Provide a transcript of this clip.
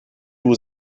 was